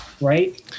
Right